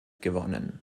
gewonnen